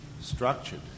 structured